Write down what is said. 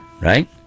right